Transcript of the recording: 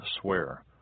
swear